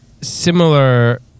similar